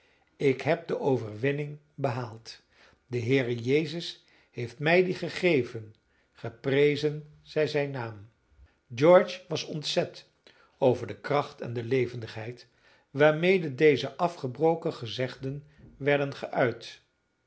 ik heb de overwinning behaald de heere jezus heeft mij die gegeven geprezen zij zijn naam george was ontzet over de kracht en de levendigheid waarmede deze afgebroken gezegden werden geuit